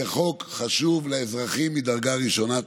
זה חוק חשוב מדרגה ראשונה לאזרחים.